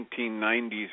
1990s